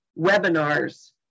webinars